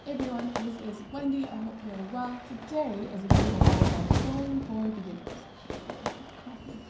everyone this is wendy. i hope you're well today is a video all about sewing for beginners. i should kind of coffee